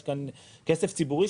יש כאן כסף ציבורי.